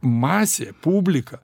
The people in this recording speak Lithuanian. masė publika